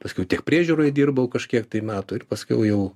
paskui tech priežiūroj dirbau kažkiek metų ir paskiau jau